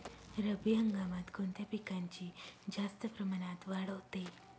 रब्बी हंगामात कोणत्या पिकांची जास्त प्रमाणात वाढ होते?